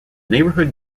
neighborhood